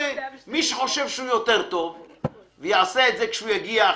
מי שחושב שהוא יותר טוב ויעשה את זה אחרת כשהוא יגיע,